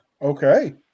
Okay